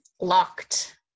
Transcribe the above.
locked